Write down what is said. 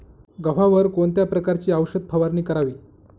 गव्हावर कोणत्या प्रकारची औषध फवारणी करावी?